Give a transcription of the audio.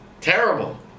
terrible